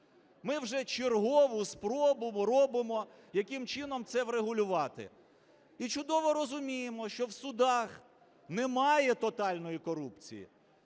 Ми вже чергову спробу робимо, яким чином це врегулювати. І чудово розуміємо, що в судах немає тотальної корупції.